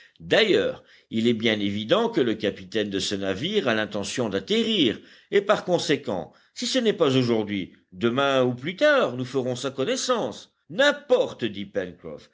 d'ailleurs il est bien évident que le capitaine de ce navire a l'intention d'atterrir et par conséquent si ce n'est pas aujourd'hui demain au plus tard nous ferons sa connaissance n'importe dit